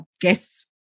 guests